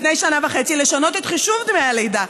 לפני שנה וחצי לשנות את חישוב דמי הלידה,